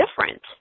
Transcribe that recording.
different